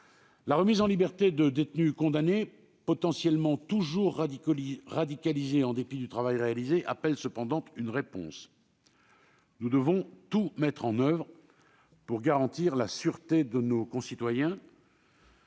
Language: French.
La remise en liberté de détenus condamnés, potentiellement toujours radicalisés en dépit du travail réalisé, appelle cependant une réponse. Nous devons tout mettre en oeuvre pour garantir la sûreté de nos concitoyens.